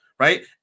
Right